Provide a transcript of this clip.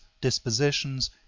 dispositions